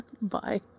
Bye